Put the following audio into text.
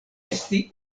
esti